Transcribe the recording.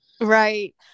Right